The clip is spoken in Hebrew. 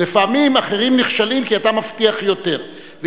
ולפעמים אחרים נכשלים כי אתה מבטיח יותר.